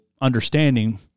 understanding